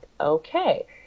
okay